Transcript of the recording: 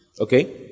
Okay